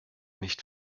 nicht